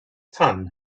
tun